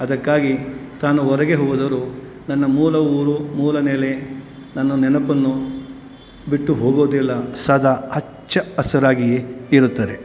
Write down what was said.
ಅದಕ್ಕಾಗಿ ತಾನು ಹೊರಗೆ ಹೋದರೂ ನನ್ನ ಮೂಲ ಊರು ಮೂಲ ನೆಲೆ ನನ್ನ ನೆನಪನ್ನು ಬಿಟ್ಟು ಹೋಗೋದಿಲ್ಲ ಸದಾ ಹಚ್ಚ ಹಸರಾಗಿಯೇ ಇರುತ್ತದೆ